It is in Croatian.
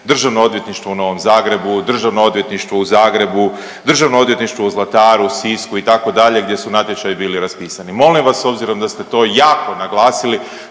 Državno odvjetništvo u Novom Zagrebu, Državno odvjetništvo u Zagrebu, Državno odvjetništvo u Zlataru, Sisku itd. gdje su natječaji bili raspisani, molim vas obzirom da ste to jako naglasili,